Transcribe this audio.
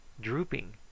drooping